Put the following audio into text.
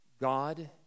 God